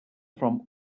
from